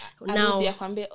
now